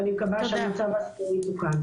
ואני מקווה שהמצב הזה יתוקן.